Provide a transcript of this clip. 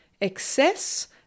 excess